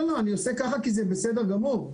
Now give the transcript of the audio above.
לא, זה בסדר גמור.